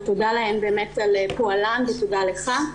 ותודה להן באמת על פועלן ותודה לך,